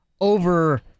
over